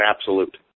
absolute